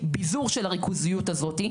ביזור של הריכוזיות הזאת,